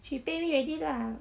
she pay me already lah